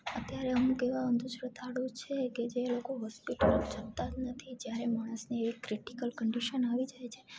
અત્યારે હું કેવા અંધશ્રદ્ધાળુ છે કે જે લોકો હોસ્પિટલ જતા જ નથી જ્યારે માણસને એ ક્રિટિકલ કંડિસન આવી જાય છે